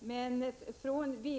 PåRÖrsERrInge Aso na